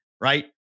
Right